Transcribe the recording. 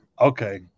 Okay